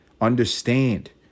understand